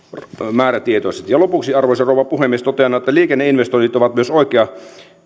määrätietoisesti ja lopuksi arvoisa rouva puhemies totean että liikenneinvestoinnit ovat myös oikea